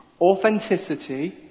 authenticity